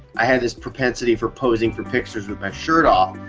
i had this propensity for posing for pictures with my shirt off.